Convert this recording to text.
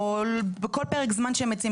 או בכל פרק זמן שהם מציעים,